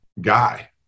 guy